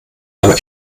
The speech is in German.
aber